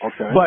Okay